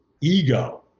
ego